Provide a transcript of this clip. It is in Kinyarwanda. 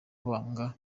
banga